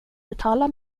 betala